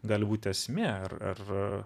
gali būti esmė ar ar